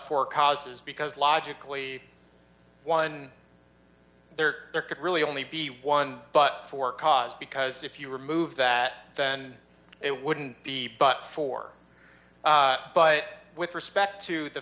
for causes because logically one there could really only be one but for cause because if you remove that then it wouldn't be but for but with respect to the